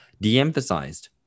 de-emphasized